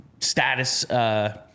status –